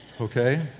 Okay